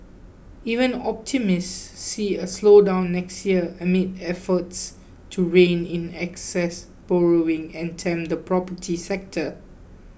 even optimists see a slowdown next year amid efforts to rein in excess borrowing and tame the property sector